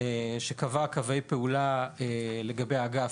שקבע את קווי הפעולה לגבי האגף,